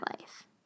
life